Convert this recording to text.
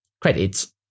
Credits